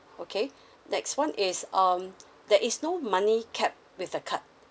okay next one is um there is no money kept with the card